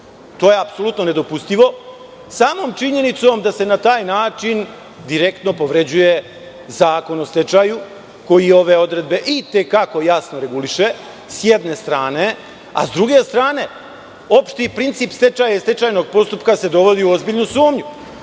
To je apsolutno nedopustivo samom činjenicom da se na taj način direktno povređuje Zakon o stečaju, koji ove odredbe i te kako jasno reguliše, s jedne strane. S druge strane, opšti princip stečaja i stečajnog postupka se dovodi u ozbiljnu sumnju,